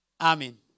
Amen